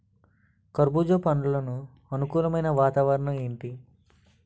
కర్బుజ పండ్లకు అనుకూలమైన వాతావరణం ఏంటి?